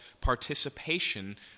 participation